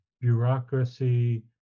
bureaucracy